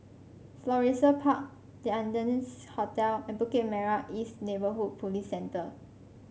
Florissa Park The Ardennes Hotel and Bukit Merah East Neighbourhood Police Centre